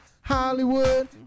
Hollywood